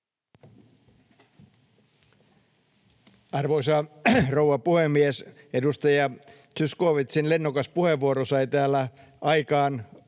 Arvoisa rouva puhemies! Edustaja Zyskowiczin lennokas puheenvuoro sai täällä aikaan